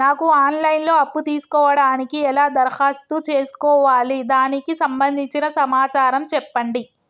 నాకు online లో అప్పు తీసుకోవడానికి ఎలా దరఖాస్తు చేసుకోవాలి దానికి సంబంధించిన సమాచారం చెప్పండి?